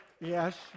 yes